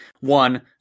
One